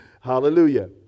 Hallelujah